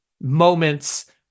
moments